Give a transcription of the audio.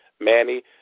Manny